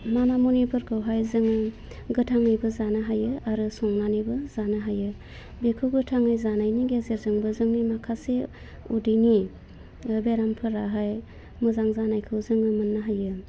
मोनामुनिफोरखौहाय जोङो गोथाङैबो जानो हायो आरो संनानैबो जानो हायो बेखौ गोथाङै जानायनि गेजेरजोंबो जोंनि माखासे उदैनि ओह बेरामफोराहाय मोजां जानायखौ जोङो मोन्नो हायो